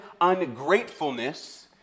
ungratefulness